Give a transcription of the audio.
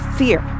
fear